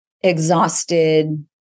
exhausted